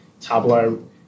Tableau